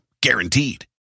guaranteed